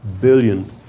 billion